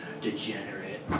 degenerate